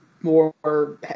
more –